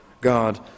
God